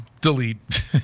Delete